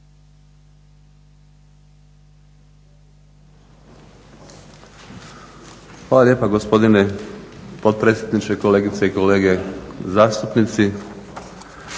Hvala lijepa gospodine potpredsjedniče, kolegice i kolege zastupnici.